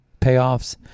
payoffs